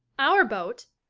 our boat?